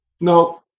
no